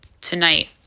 tonight